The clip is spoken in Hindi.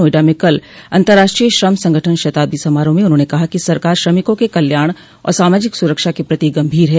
नोएडा में कल अंतर्राष्ट्रीय श्रम संगठन शताब्दी समारोह में उन्होंने कहा कि सरकार श्रमिकों के कल्याण और सामाजिक सुरक्षा के प्रति गम्भीर है